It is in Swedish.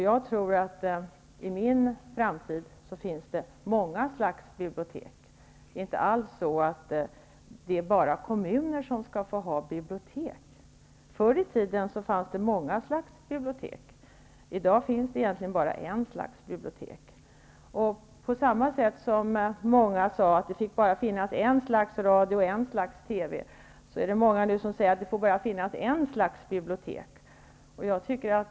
Jag tror att det i min framtid kommer att finnas många slags bibliotek. Det är inte alls endast kommuner som skall få ha ansvar för bibliotek. Förr i tiden fanns det många slags bibliotek, men i dag finns det egentligen bara ett slags bibliotek. På samma sätt som många tidigare sade att det endast får finnas ett slags radio och ett slags TV, är det många som nu säger att det får finnas endast ett slags bibliotek.